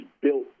built